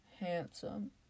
handsome